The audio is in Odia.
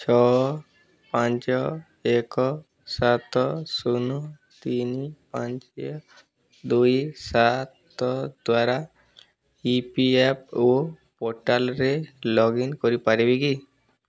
ଛଅ ପାଞ୍ଚ ଏକ ସାତ ଶୂନ ତିନି ପାଞ୍ଚ ଦୁଇ ସାତ ଦ୍ଵାରା ଇ ପି ଏଫ୍ ଓ ପୋର୍ଟାଲ୍ରେ ଲଗ୍ଇନ୍ କରିପାରିବି କି